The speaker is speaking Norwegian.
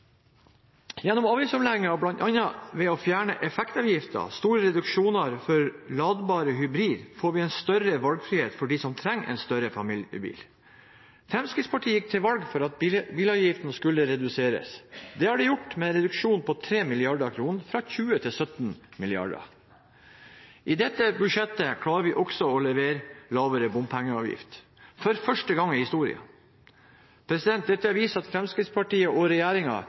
Gjennom avgiftsomleggingen, bl.a. ved å fjerne effektavgiften og ved store reduksjoner for ladbare hybridbiler, får vi større valgfrihet for dem som trenger en større familiebil. Fremskrittspartiet gikk til valg på at bilavgiftene skulle reduseres. Det har de blitt, med en reduksjon på 3 mrd. kr – fra 20 mrd. til 17 mrd. kr. I dette budsjettet klarer vi også å levere lavere bompengeavgift – for første gang i historien. Dette viser at Fremskrittspartiet og